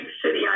city